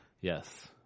Yes